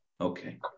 okay